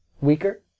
weaker